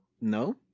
No